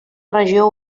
regió